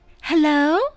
Hello